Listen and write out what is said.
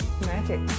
Magic